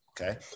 okay